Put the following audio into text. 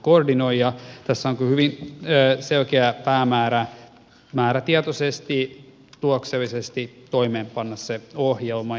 tässä on kyllä hyvin selkeä päämäärä määrätietoisesti tuloksellisesti toimeenpanna se ohjelma